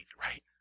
right